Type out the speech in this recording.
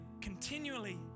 continually